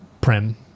Prem